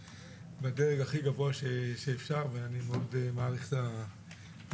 בדרג הכי גבוה שאפשר אני רק יכול להעריך את זה